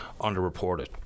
underreported